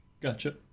Gotcha